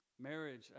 Marriage